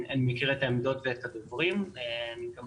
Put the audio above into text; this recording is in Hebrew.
אני מכיר את העמדות ואת הדוברים, אני גם